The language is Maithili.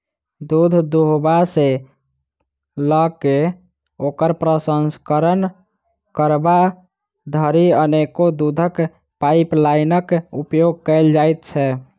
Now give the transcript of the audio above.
दूध दूहबा सॅ ल क ओकर प्रसंस्करण करबा धरि अनेको दूधक पाइपलाइनक उपयोग कयल जाइत छै